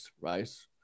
right